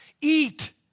Eat